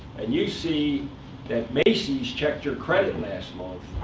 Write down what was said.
and you see that macy's checked your credit last month,